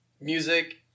Music